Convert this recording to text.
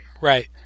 Right